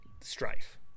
strife